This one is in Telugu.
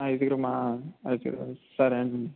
ఐదుగురుమా ఓకే సరే అండి